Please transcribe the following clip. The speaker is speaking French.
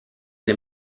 des